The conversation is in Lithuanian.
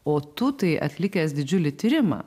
o tu tai atlikęs didžiulį tyrimą